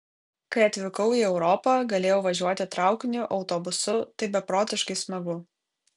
kai atvykau į europą galėjau važiuoti traukiniu autobusu tai beprotiškai smagu